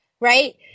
right